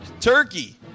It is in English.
turkey